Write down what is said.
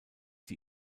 die